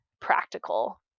practical